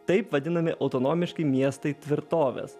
taip vadinami autonomiški miestai tvirtovės